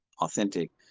authentic